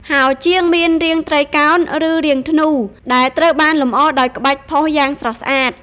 ហោជាងមានរាងត្រីកោណ ឬរាងធ្នូ ដែលត្រូវបានលម្អដោយក្បាច់ផុសយ៉ាងស្រស់ស្អាត។